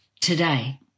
Today